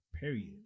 period